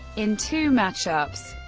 in two matchups,